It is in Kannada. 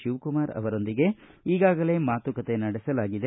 ಶಿವಕುಮಾರ್ರೊಂದಿಗೆ ಈಗಾಗಲೇ ಮಾತುಕತೆ ನಡೆಸಲಾಗಿದೆ